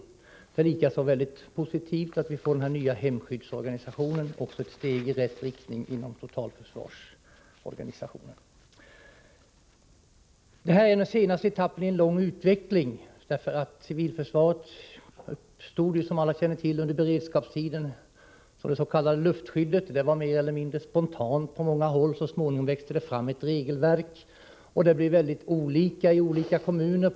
Det är likaså mycket positivt att vi får en ny hemskyddsorganisation, Det är också ett steg i rätt riktning inom totalförsvarsorganisationen, Detta är den senaste etappen i en lång utveckling. Civilförsvaret uppstod, som alla känner till, under beredskapstiden som det s.k. luftskyddet. Det var mer eller mindre spontant på många håll. Så småningom växte det fram ett regelverk, men det blev mycket olika i olika kommuner.